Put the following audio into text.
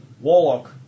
Warlock